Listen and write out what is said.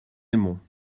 aimons